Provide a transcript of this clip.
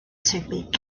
tebyg